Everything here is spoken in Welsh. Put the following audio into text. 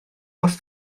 wrth